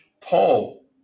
Paul